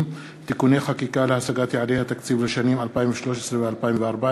(תיקוני חקיקה להשגת יעדי התקציב לשנים 2013 ו-2014)